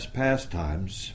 pastimes